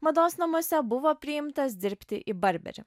mados namuose buvo priimtas dirbti į barberį